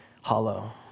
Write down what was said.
hollow